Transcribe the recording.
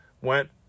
went